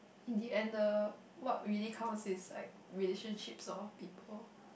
in the end the what we really counts is like relationships of all people